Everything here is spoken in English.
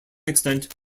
extent